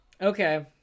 Okay